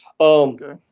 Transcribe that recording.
Okay